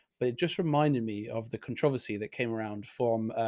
but it just reminded me of the controversy that came around forum.